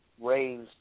raised